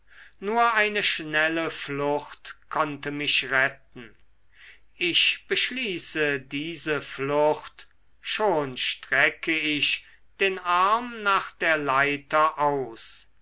nur eine schnelle flucht konnte mich retten ich beschließe diese flucht schon strecke ich den arm nach der leiter aus